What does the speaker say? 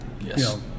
Yes